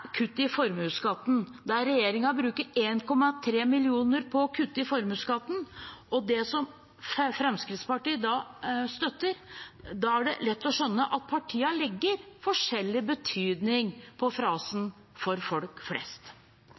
bruker 1,3 mrd. kr på å kutte i formuesskatten, som Fremskrittspartiet da støtter – da er det lett skjønne at partiene legger forskjellig betydning i frasen «for folk flest».